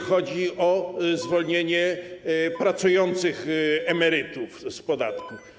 Chodzi o zwolnienie pracujących emerytów z podatku.